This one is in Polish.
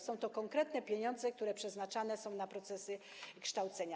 Są to konkretne pieniądze, które przeznaczane są na procesy kształcenia.